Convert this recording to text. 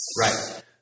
Right